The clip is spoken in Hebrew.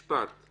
משפט, רק משפט.